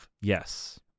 Yes